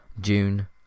June